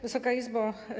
Wysoka Izbo!